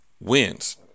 wins